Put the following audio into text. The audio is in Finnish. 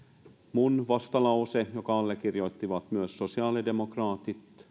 minun vastalauseeni jonka allekirjoittivat myös sosiaalidemokraatit